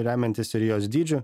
remiantis ir jos dydžiu